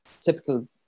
typical